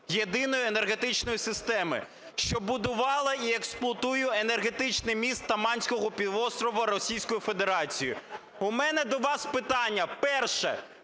Єдиної енергетичної системи, що будувала і експлуатує енергетичний міст Таманського півострову Російської Федерації? У мене до вас питання. Перше.